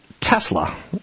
Tesla